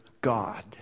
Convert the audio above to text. God